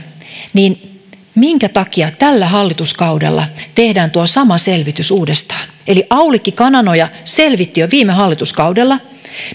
niin minkä takia tällä hallituskaudella tehdään tuo sama selvitys uudestaan eli aulikki kananoja selvitti jo viime hallituskaudella